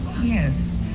yes